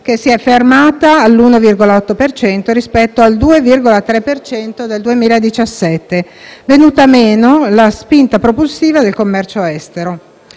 che si è fermata all'1,8 per cento, rispetto al 2,3 per cento del 2017, venuta meno la spinta propulsiva del commercio estero.